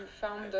found